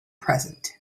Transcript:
present